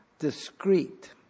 discreet